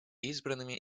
избранными